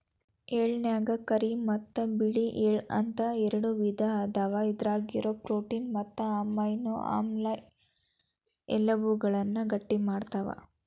ಎಳ್ಳನ್ಯಾಗ ಕರಿ ಮತ್ತ್ ಬಿಳಿ ಎಳ್ಳ ಅಂತ ಎರಡು ವಿಧ ಅದಾವ, ಇದ್ರಾಗಿರೋ ಪ್ರೋಟೇನ್ ಮತ್ತು ಅಮೈನೋ ಆಮ್ಲ ಎಲಬುಗಳನ್ನ ಗಟ್ಟಿಮಾಡ್ತಾವ